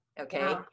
okay